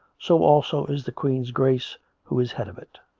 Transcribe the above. so also is the queen's grace who is head of it.